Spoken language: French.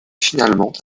finalement